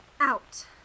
out